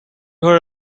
her